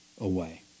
away